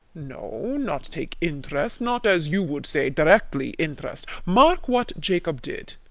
no, not take interest not, as you would say, directly interest mark what jacob did.